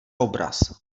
obraz